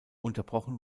unterbrochen